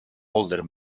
older